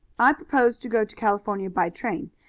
i propose to go to california by train,